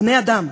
בני-האדם,